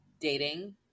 dating